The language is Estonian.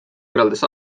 võrreldes